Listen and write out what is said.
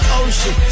ocean